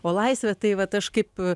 o laisvė tai vat aš kaip